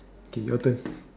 K your turn